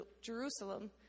Jerusalem